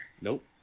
Nope